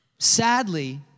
sadly